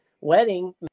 wedding